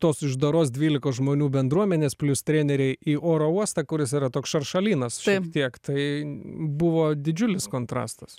tos uždaros dvylikos žmonių bendruomenės plius treneriai į oro uostą kuris yra toks šaršalynas šiek tiek tai buvo didžiulis kontrastas